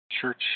church